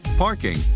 parking